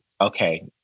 okay